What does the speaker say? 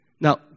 Now